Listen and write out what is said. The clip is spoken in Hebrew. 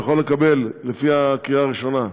הוא יכול לקבל, לפי הקריאה הראשונה,